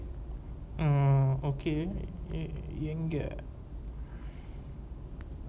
uh okay எங்க:enga